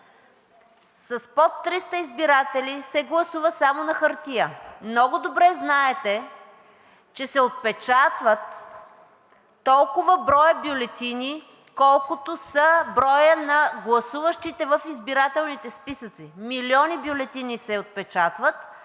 с под 300 избиратели се гласува само на хартия. Много добре знаете, че се отпечатват толкова броя бюлетини, колкото е борят на гласуващите в избирателните списъци, милиони бюлетини се отпечатват,